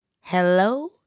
hello